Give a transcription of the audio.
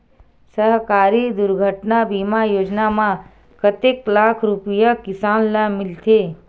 सहकारी दुर्घटना बीमा योजना म कतेक लाख रुपिया किसान ल मिलथे?